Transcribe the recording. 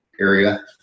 area